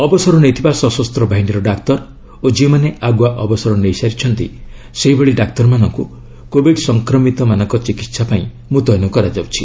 ଅବସର ନେଇଥିବା ସଶସ୍ତ୍ର ବାହିନୀର ଡାକ୍ତର ଓ ଯେଉଁମାନେ ଆଗୁଆ ଅବସର ନେଇଛନ୍ତି ସେହିଭଳି ଡାକ୍ତରମାନଙ୍କୁ କୋବିଡ୍ ସଂକ୍ରମିତମାନଙ୍କ ଚିକିତ୍ସା ପାଇଁ ମୁତୟନ କରାଯାଉଛି